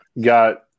got